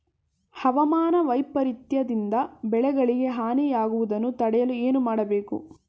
ಹವಾಮಾನ ವೈಪರಿತ್ಯ ದಿಂದ ಬೆಳೆಗಳಿಗೆ ಹಾನಿ ಯಾಗುವುದನ್ನು ತಡೆಯಲು ಏನು ಮಾಡಬೇಕು?